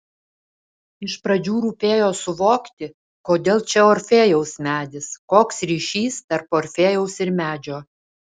iš pradžių rūpėjo suvokti kodėl čia orfėjaus medis koks ryšys tarp orfėjaus ir medžio